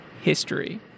history